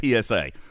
PSA